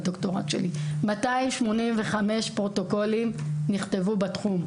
זה הדוקטורט שלי 285 פרוטוקולים נכתבו בתחום.